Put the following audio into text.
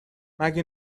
مگه